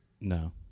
No